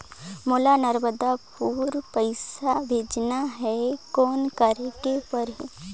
मोला नर्मदापुर पइसा भेजना हैं, कौन करेके परही?